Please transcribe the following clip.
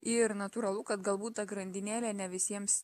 ir natūralu kad galbūt ta grandinėlė ne visiems